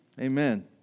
Amen